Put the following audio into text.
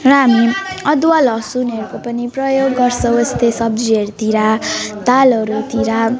र हामी अदुवा लहसुनहरूको पनि प्रयोग गर्छौँ यस्तै सब्जीहरूतिर दालहरूतिर